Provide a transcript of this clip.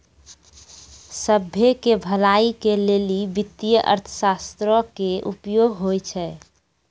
सभ्भे के भलाई के लेली वित्तीय अर्थशास्त्रो के उपयोग होय छै